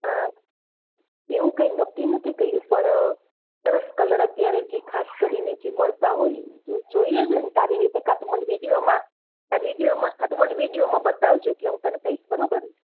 હા એવું કંઈ નક્કી નથી કર્યું પણ સરસ કલર અત્યારે જે ખાસ કરીને જે મળતા હોય તું જોઈ લેજે ને તારી રીતે કાં તો મને વિડિઓમાં વિડિઓમાં હા તો મને વિડિઓમાં બતાવજો એટલે હું તને કહીશ બરોબર